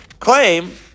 claim